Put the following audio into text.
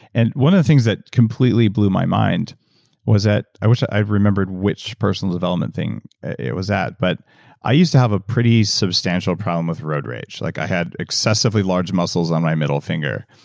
and one of the things that completely blew my mind was that. i wish i remembered which personal development thing it was at, but i used to have a pretty substantial problem with road rage like i had excessively large muscles on my middle finger,